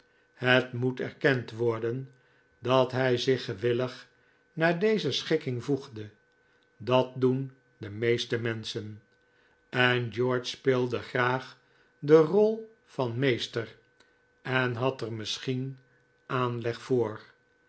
het moet erkend worden dat hij zich gewillig naar deze schikking voegde dat doen de meeste menschen en george speelde graag de rol van meester en had er misschien aanleg voor